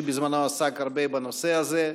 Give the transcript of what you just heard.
שבזמנו עסק הרבה בנושא הזה,